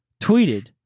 tweeted